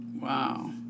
wow